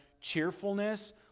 cheerfulness